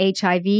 HIV